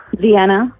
Vienna